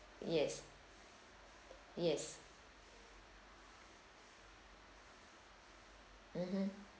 yes yes mmhmm